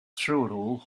through